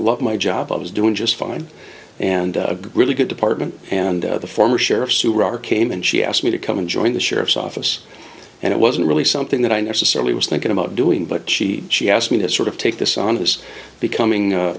love my job i was doing just fine and a really good department and the former sheriffs who are came and she asked me to come and join the sheriff's office and it wasn't really something that i necessarily was thinking about doing but she she asked me to sort of take this on his becoming